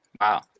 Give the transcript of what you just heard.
Wow